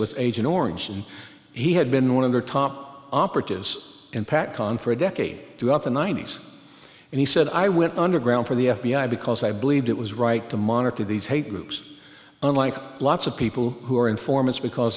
with agent orange and he had been one of their top operatives impact on for a decade throughout the ninety's and he said i went underground for the f b i because i believed it was right to monitor these hate groups unlike lots of people who are informants because